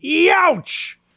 Ouch